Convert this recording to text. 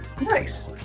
Nice